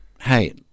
hey